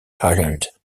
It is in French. island